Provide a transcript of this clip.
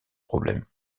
problème